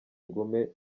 ingume